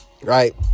Right